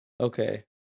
Okay